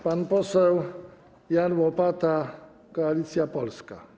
Pan poseł Jan Łopata, Koalicja Polska.